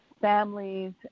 families